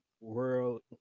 world